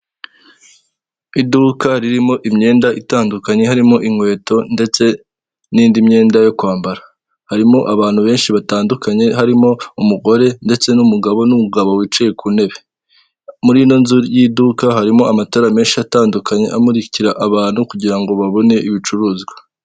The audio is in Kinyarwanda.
Iduka ririmo imyenda itandukanye harimo inkweto ndetse n'indi myenda yo kwambara harimo abantu benshi batandukanye harimo umugore ndetse n'umugabo n'umugabo wicaye ku ntebe murino nzu y'iduka harimo amatara menshi atandukanye amurikira abantu kugira ngo babone ibicuruzwa.